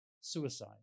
suicide